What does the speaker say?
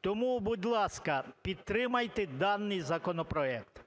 Тому, будь ласка, підтримайте даний законопроект.